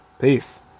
Peace